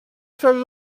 seule